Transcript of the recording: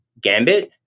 gambit